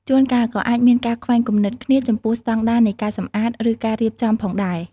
ជួនកាល ក៏អាចមានការខ្វែងគំនិតគ្នាចំពោះស្តង់ដារនៃការសម្អាត ឬការរៀបចំផងដែរ។